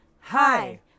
Hi